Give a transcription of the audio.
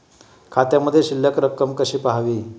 खात्यामधील शिल्लक रक्कम कशी पहावी?